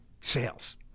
sales